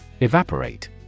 Evaporate